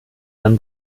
dann